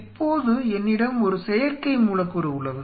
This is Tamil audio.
இப்போது என்னிடம் ஒரு செயற்கை மூலக்கூறு உள்ளது